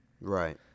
Right